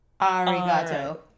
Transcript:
Arigato